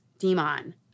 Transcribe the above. Demon